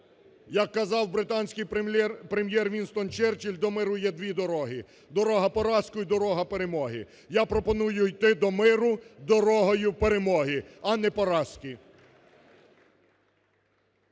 як казав британський Прем'єр Вінстон Черчилль: "До миру є дві дороги: дорога поразки і дорога перемоги". Я пропоную йти до миру дорогою перемоги, а не поразки.